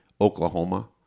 Oklahoma